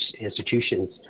institutions